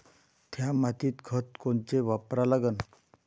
थ्या मातीत खतं कोनचे वापरा लागन?